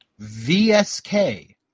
VSK